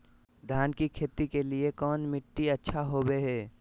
धान की खेती के लिए कौन मिट्टी अच्छा होबो है?